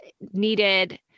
needed